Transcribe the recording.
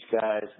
guys